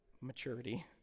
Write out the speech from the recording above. Maturity